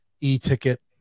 e-ticket